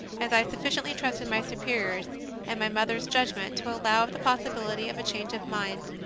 as i sufficiently trusted my superior s and my mother s judgment to allow of the possibility of a change of mind.